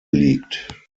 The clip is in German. liegt